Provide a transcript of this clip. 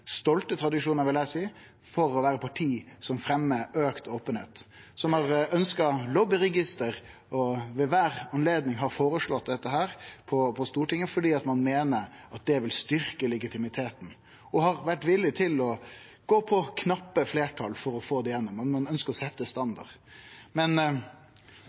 stolte tradisjonar, vil eg seie – for å vere partiet som fremjar auka openheit, som har ønskt lobbyregister, som ved kvar anledning har foreslått dette på Stortinget fordi ein meiner det vil styrkje legitimiteten, og som har vore villig til å gå på knappe fleirtal for å få det gjennom. Ein ønskjer å setje ein standard. Men